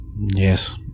Yes